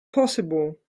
possible